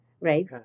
right